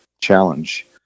challenge